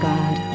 God